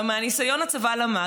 ומהניסיון הצבא למד,